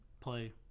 play